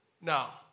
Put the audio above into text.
Now